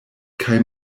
kaj